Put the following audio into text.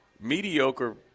mediocre